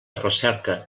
recerca